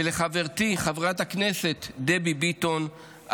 ולחברתי חברת הכנסת דבי ביטון,